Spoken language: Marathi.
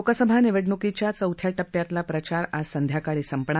लोकसभा निवडणुकीच्या चौथ्या टप्प्यातला प्रचार आज संध्याकाळी संपणार